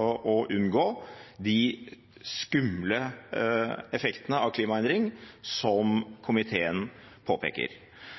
å unngå de skumle effektene av klimaendring som komiteen påpeker.